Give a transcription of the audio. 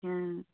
ହଁ